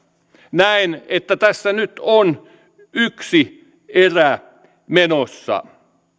näen että tässä nyt on yksi erä menossa